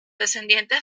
descendientes